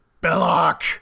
Belloc